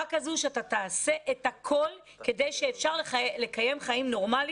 כזו שאתה תעשה את הכול כדי שאפשר לקיים חיים נורמליים.